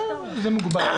לא צריך לשנות הרבה דברים.